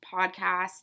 podcast